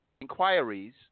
inquiries